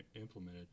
implemented